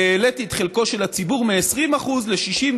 והעליתי את חלקו של הציבור מ-20% ל-60%,